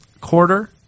quarter